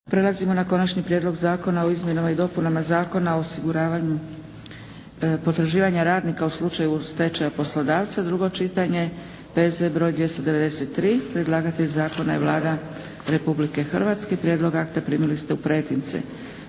Prelazimo na - Konačni prijedlog zakona o izmjenama i dopunama Zakona o osiguravanju potraživanja radnika u slučaju stečaja poslodavca, drugo čitanje, PZ br. 293 Predlagatelj zakona je Vlada Republike Hrvatske. Prijedlog akta primili ste u pretince.